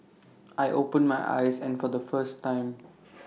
I open my eyes and for the first time